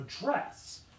address